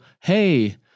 Hey